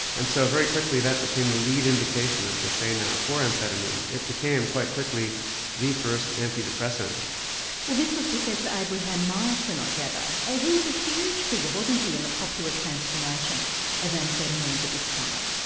and so very quickly that became the lead indication, as they say now, for amphetamine. it became quite quickly the first antidepressant well this was professor abraham myerson, i gather, he was a huge figure, wasn't he, in the popular transformation of amphetamines at this time.